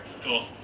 Cool